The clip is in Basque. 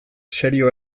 serio